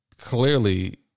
clearly